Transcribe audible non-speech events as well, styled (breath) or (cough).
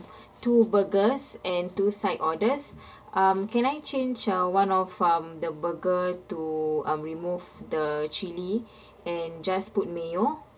(breath) two burgers and two side orders (breath) um can I change uh one of um the burger to um remove the chilli (breath) and just put mayo